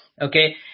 Okay